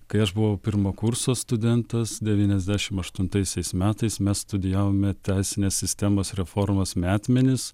kai aš buvau pirmo kurso studentas devyniasdešim aštuntaisiais metais mes studijavome teisinės sistemos reformos metmenis